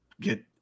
get